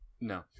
No